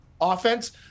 offense